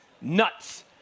nuts